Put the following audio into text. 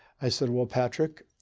i said, well, patrick,